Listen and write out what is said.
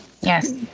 Yes